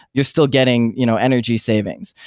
you're still getting you know energy savings.